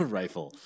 rifle